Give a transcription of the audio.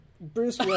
Bruce